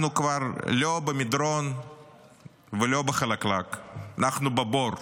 אנחנו כבר לא במדרון ולא בחלקלק, אנחנו בבור.